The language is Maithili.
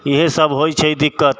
इहे सब होइ छै दिक्कत